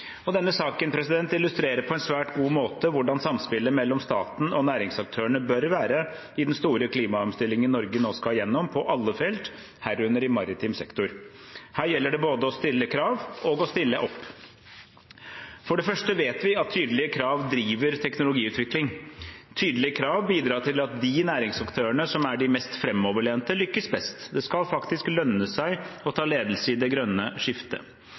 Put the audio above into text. Denne saken illustrerer på en svært god måte hvordan samspillet mellom staten og næringsaktørene bør være i den store klimaomstillingen Norge nå skal gjennom på alle felt, herunder i maritim sektor. Her gjelder det både å stille krav og å stille opp. For det første vet vi at tydelige krav driver teknologiutvikling. Tydelige krav bidrar til at de næringsaktørene som er de mest framoverlente, lykkes best. Det skal faktisk lønne seg å ta ledelse i det grønne skiftet.